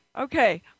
Okay